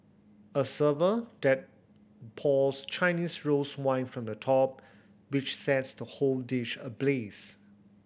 a server then pours Chinese rose wine from the top which sets the whole dish ablaze